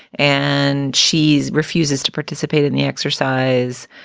and she's refuses to participate in the exercise.